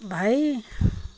भाइ